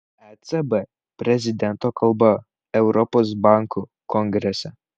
ecb prezidento kalbą europos bankų kongrese